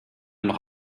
noch